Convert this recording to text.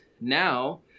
now